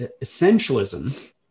essentialism